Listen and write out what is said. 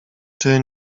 czy